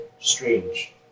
strange